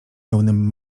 pełnym